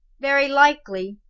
very likely.